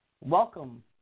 Welcome